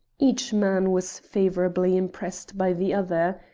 each man was favourably impressed by the other.